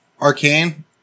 Arcane